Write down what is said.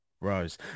Rose